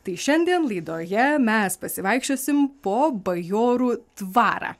tai šiandien laidoje mes pasivaikščiosim po bajorų dvarą